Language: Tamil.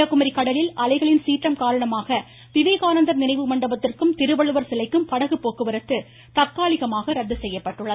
கன்னியாக்குமரி கடலில் அலைகளின் சீற்றம் காரணமாக விவேகானந்தர் நினைவுமண்டபத்திற்கும் திருவள்ளுவர் சிலைக்கும் படகு போக்குவரத்து தற்காலிகமாக ரத்து செய்யப்பட்டுள்ளது